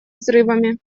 взрывами